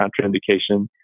contraindication